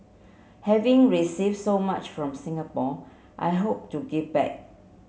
having receive so much from Singapore I hope to give back